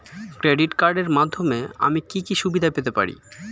Credit কার্ডের মাধ্যমে আমি কি কি সুবিধা পেতে পারি?